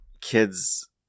kids